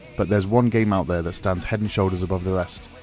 but there's one game out there that stands head and shoulders above the rest.